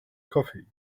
coffee